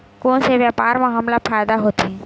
कोन से व्यापार म हमला फ़ायदा होथे?